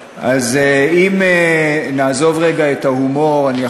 ואז יהיו להם הרבה עודפים כדי לשלם את כל ההסכמים הקואליציוניים.